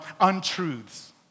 untruths